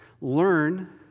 Learn